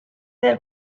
del